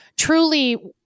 Truly